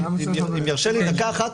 אם ירשה לי דקה אחת.